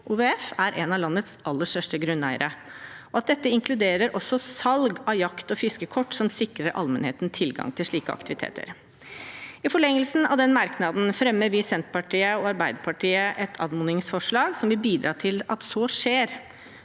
OVF er en av landets aller største grunneiere – og at dette også inkluderer salg av jakt- og fiskekort, som sikrer allmennheten tilgang til slike aktiviteter. I forlengelsen av den merknaden fremmer vi i Senterpartiet og Arbeiderpartiet et anmodningsforslag som vil bidra til at så skjer,